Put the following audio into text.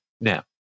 Now